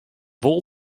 wol